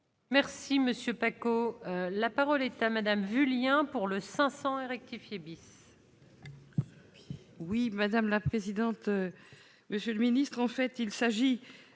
Merci monsieur Pacaud, la parole est à madame vu lien pour le 501 rectifié bis.